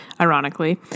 ironically